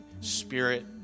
Spirit